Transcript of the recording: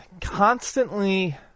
Constantly